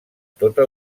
tota